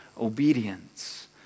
obedience